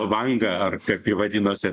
vanga ar kaip ji vadinosi